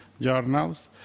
journals